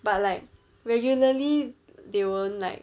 but like regularly they won't like